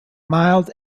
mild